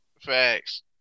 Facts